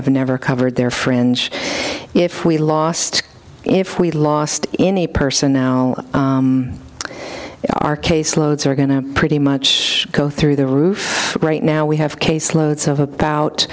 have never covered their friends if we lost if we lost any person now our case loads are going to pretty much go through the roof right now we have case loads of about